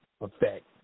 effect